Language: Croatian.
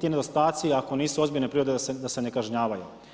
ti nedostaci, ako nisu ozbiljne prirode da se ne kažnjavaju.